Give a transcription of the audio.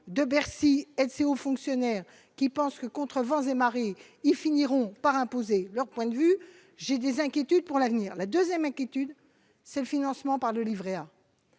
s'est aux fonctionnaires qui pense que, contre vents et marées, ils finiront par imposer leur point de vue, j'ai des inquiétudes pour l'avenir, la 2ème inquiétude, c'est le financement par le Livret A